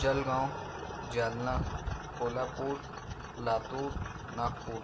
Jalgaon Jalna Kolhapur Latur Nagpur